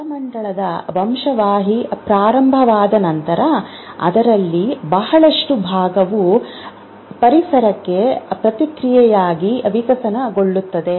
ನರಮಂಡಲದ ವಂಶವಾಹಿ ಪ್ರಾರಂಭವಾದ ನಂತರ ಅದರಲ್ಲಿ ಬಹಳಷ್ಟು ಭಾಗವು ಪರಿಸರಕ್ಕೆ ಪ್ರತಿಕ್ರಿಯೆಯಾಗಿ ವಿಕಸನಗೊಳ್ಳುತ್ತದೆ